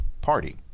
party